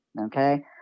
okay